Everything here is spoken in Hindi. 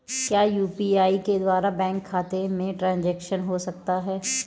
क्या यू.पी.आई के द्वारा बैंक खाते में ट्रैन्ज़ैक्शन हो सकता है?